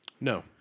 No